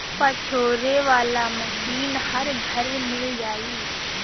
पछोरे वाला मशीन हर घरे मिल जाई